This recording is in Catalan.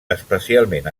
especialment